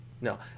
no